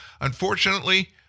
unfortunately